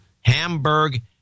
Hamburg